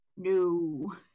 No